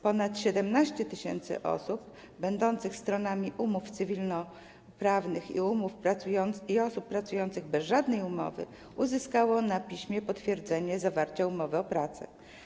Ponad 17 tys. osób będących stronami umów cywilnoprawnych oraz osób pracujących bez żadnej umowy uzyskało na piśmie potwierdzenie zawarcia umowy o pracę.